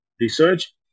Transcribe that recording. research